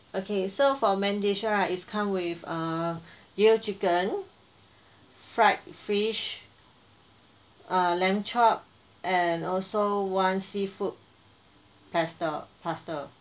okay so for main dish right is come with err grill chicken fried fish err lamb chop and also one seafood pasta pasta